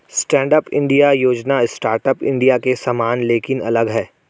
stand up India योजना startup India के समान लेकिन अलग है